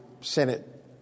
Senate